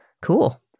Cool